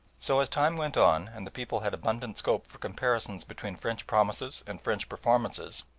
so as time went on, and the people had abundant scope for comparisons between french promises and french performances,